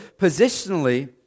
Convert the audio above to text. positionally